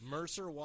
Mercer